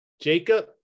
Jacob